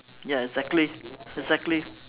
ya exactly exactly